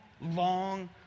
long